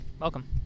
Welcome